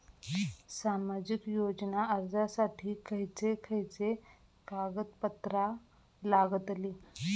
सामाजिक योजना अर्जासाठी खयचे खयचे कागदपत्रा लागतली?